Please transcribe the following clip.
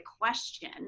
question